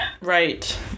Right